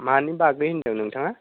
मानि बागै होनदों नोंथाङा